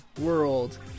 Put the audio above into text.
World